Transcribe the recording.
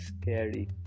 scary